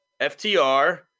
FTR